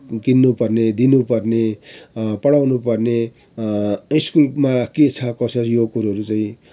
किन्नु पर्ने दिनु पर्ने पढाउनु पर्ने स्कुलमा के छ कसरी यो कुरोहरू चाहिँ